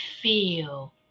feel